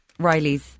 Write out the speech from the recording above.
Riley's